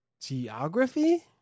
geography